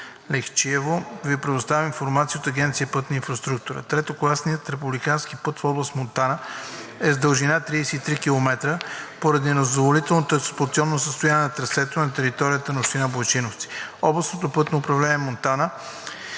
Лехчево Ви предоставям информация от Агенция „Пътна инфраструктура“. Третокласният републикански път в област Монтана е с дължина 33 км. Поради незадоволителното експлоатационно състояние на трасето на територията на община Бойчиновци Областното пътно управление – Монтана,